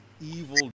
evil